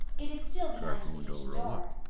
it is still behind the kitchen door.